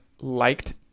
liked